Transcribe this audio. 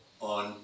on